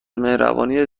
مهربانی